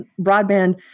broadband